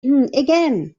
again